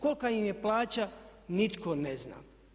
Kolika im je plaća, nitko ne zna.